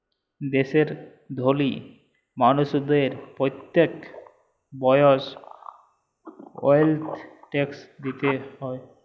দ্যাশের ধলি মালুসদের প্যত্তেক বসর ওয়েলথ ট্যাক্স দিতে হ্যয়